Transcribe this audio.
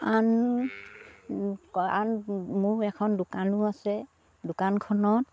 আন আন মোৰ এখন দোকানো আছে দোকানখনত